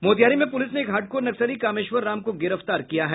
मोतिहारी में पुलिस ने एक हार्डकोर नक्सली कामेश्वर राम को गिरफतार किया है